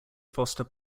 foster